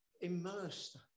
immersed